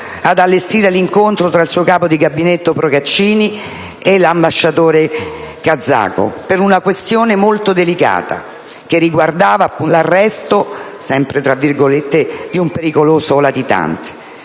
ad allestire l'incontro tra il suo capo di gabinetto Procaccini e l'ambasciatore kazako, per una questione molto delicata riguardante «l'arresto di un pericoloso latitante».